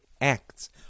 acts